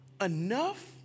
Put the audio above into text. enough